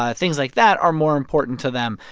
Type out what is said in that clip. ah things like that are more important to them.